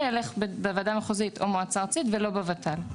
ילך בוועדה המחוזית במועצה הארצית ולא בות"ל.